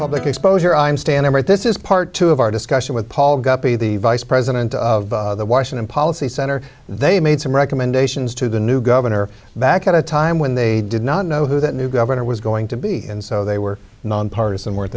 public exposure i'm standing right this is part two of our discussion with paul guppy the vice president of the washington policy center they made some recommendations to the new governor back at a time when they did not know who the new governor was going to be and so they were nonpartizan weren't